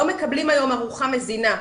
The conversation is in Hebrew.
לא מקבלים היום ארוחה מזינה,